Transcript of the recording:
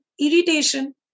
irritation